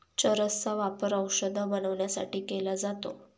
चरस चा वापर औषध बनवण्यासाठी केला जातो